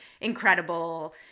incredible